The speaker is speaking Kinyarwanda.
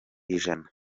ijana